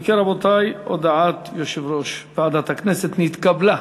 אם כן, רבותי, הודעת יושב-ראש ועדת הכנסת נתקבלה.